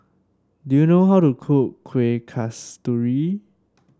do you know how to cook Kuih Kasturi